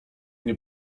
nie